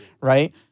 right